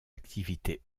activités